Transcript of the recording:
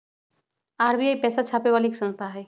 RBI पैसा छापे वाली एक संस्था हई